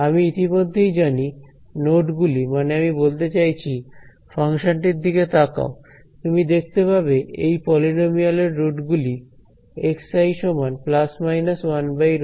আমি ইতিমধ্যেই জানি নোড গুলি মানে আমি বলতে চাইছি ফাংশনটির দিকে তাকাও তুমি দেখতে পাবে এই পলিনোমিয়াল এর রুট গুলি xi ± 1√3